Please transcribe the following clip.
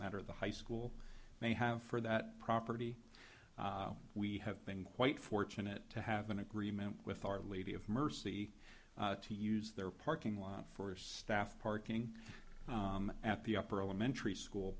matter the high school they have for that property we have been quite fortunate to have an agreement with our lady of mercy to use their parking lot for staff parking at the upper elementary school